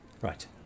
Right